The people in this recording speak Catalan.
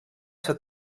ser